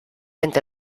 entre